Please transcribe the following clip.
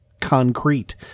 concrete